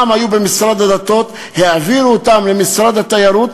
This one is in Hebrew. פעם הם היו במשרד הדתות והעבירו אותם למשרד התיירות,